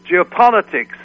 geopolitics